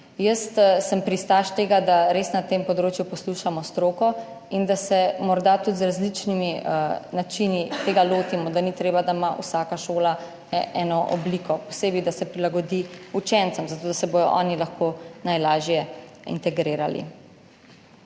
Jaz sem pristaš tega, da res na tem področju poslušamo stroko in da se morda tudi z različnimi načini tega lotimo, da ni treba, da ima vsaka šola eno obliko posebej, da se prilagodi učencem, zato da se bodo oni lahko najlažje integrirali.